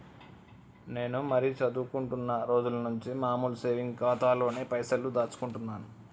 నేను మరీ చదువుకుంటున్నా రోజుల నుంచి మామూలు సేవింగ్స్ ఖాతాలోనే పైసలు దాచుకుంటున్నాను